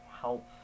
help